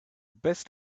best